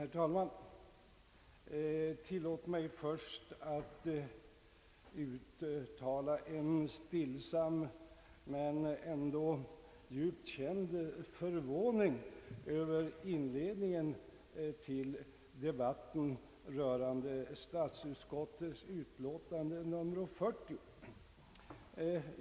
Herr talman! Tillåt mig först uttala en stillsam men ändå djupt känd förvåning över inledningen till debatten rörande statsutskottets utlåtande nr 40.